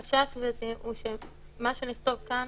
החשש, גברתי, הוא שמה שנכתוב כאן